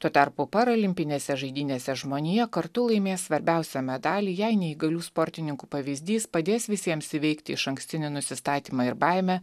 tuo tarpu paralimpinėse žaidynėse žmonija kartu laimės svarbiausią medalį jei neįgalių sportininkų pavyzdys padės visiems įveikti išankstinį nusistatymą ir baimę